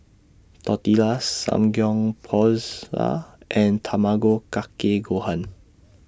Tortillas Samgyeopsal and Tamago Kake Gohan